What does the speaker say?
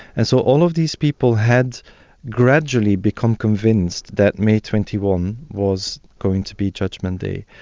and so all of these people had gradually become convinced that may twenty one was going to be judgement day.